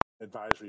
advisory